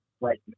right